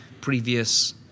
previous